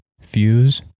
fuse